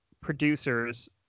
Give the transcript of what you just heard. producers